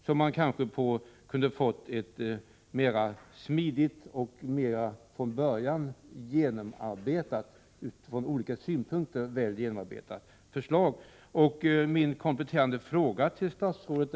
Då skulle man kanske få en smidigare handläggning och ett från alla synpunkter mera genomarbetat förslag.